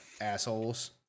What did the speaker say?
Assholes